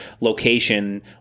location